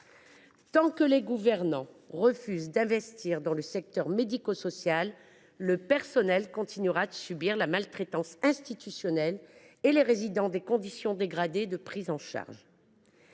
Tant que les gouvernants refuseront d’investir dans le secteur médico social, le personnel continuera de subir la maltraitance institutionnelle et les résidents des conditions dégradées de prise en charge.